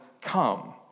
come